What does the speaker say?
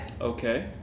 Okay